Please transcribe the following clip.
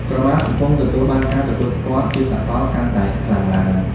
ក្រមាកំពុងទទួលបាន ការទទួលស្គាល់ជាសកល កាន់តែខ្លាំងឡើង។